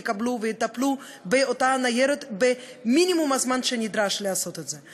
יקבלו ויטפלו באותה ניירת במינימום הזמן שנדרש לעשות את זה.